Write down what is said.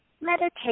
meditate